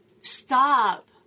Stop